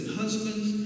husbands